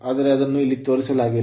ಆದರೆ ಅದನ್ನು ಇಲ್ಲಿ ತೋರಿಸಲಾಗಿಲ್ಲ